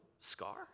scar